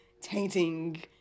tainting